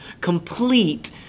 complete